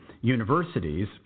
universities